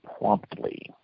promptly